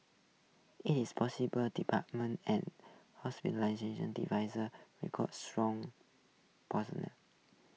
its department and hospitality divisions recorded strong